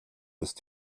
ist